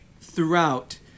throughout